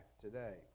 today